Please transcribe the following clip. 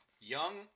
Young